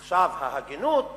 עכשיו, ההגינות אומרת: